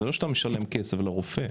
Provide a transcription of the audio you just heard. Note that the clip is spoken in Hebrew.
זה לא שאתה משלם כסף לרופא.